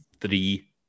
three